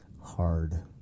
hard